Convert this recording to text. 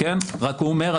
רק הוא אומר,